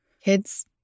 kids